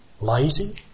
lazy